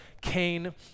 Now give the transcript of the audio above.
Cain